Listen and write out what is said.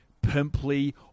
pimply